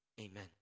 amen